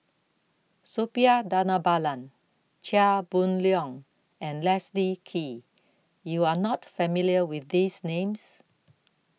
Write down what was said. Suppiah Dhanabalan Chia Boon Leong and Leslie Kee YOU Are not familiar with These Names